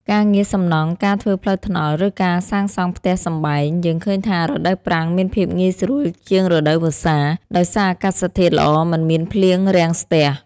ការងារសំណង់ ការធ្វើផ្លូវថ្នល់ ឬការសាងសង់ផ្ទះសម្បែង យើងឃើញថារដូវប្រាំងមានភាពងាយស្រួលជាងរដូវវស្សា ដោយសារអាកាសធាតុល្អមិនមានភ្លៀងរាំងស្ទះ។